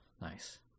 Nice